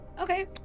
Okay